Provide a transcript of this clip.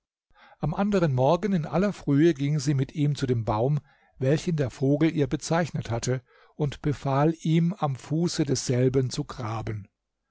am anderen morgen in aller frühe ging sie mit ihm zu dem baum welchen der vogel ihr bezeichnet hatte und befahl ihm am fuße desselben zu graben